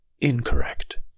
incorrect